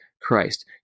Christ